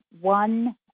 one